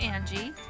Angie